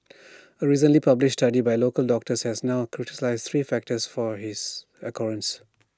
A recently published study by local doctors has now crystallised three factors for his occurrence